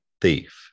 thief